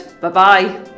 Bye-bye